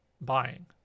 buying